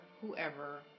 whoever